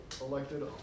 elected